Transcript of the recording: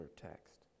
text